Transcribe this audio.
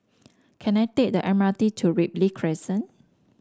can I take the M R T to Ripley Crescent